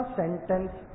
sentence